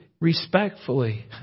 respectfully